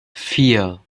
vier